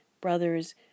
brothers